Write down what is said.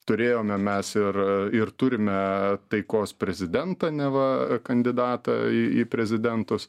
turėjome mes ir ir turime taikos prezidentą neva kandidatą į į prezidentus